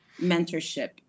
mentorship